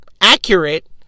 accurate